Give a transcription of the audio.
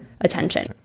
attention